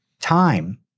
time